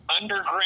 underground